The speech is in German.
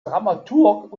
dramaturg